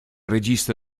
regista